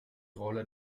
rolle